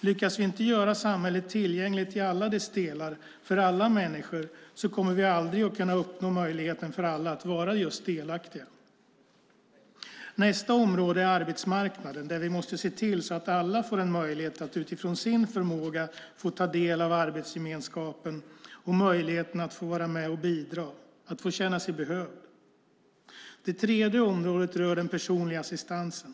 Lyckas vi inte göra samhället tillgängligt i alla dess delar, för alla människor, kommer vi aldrig att kunna uppnå möjligheten för alla att vara just delaktiga. Det andra området är arbetsmarknaden, där vi måste se till att alla får en möjlighet att utifrån sin förmåga få ta del av arbetsgemenskapen och möjligheten att få vara med och bidra - känna sig behövd. Det tredje området rör den personliga assistansen.